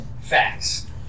facts